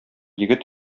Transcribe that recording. егет